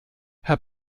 herr